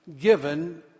given